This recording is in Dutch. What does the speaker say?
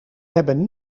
hebben